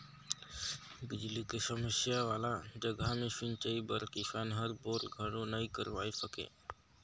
बिजली के समस्या वाला जघा मे सिंचई बर किसान हर बोर घलो नइ करवाये सके